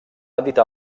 editar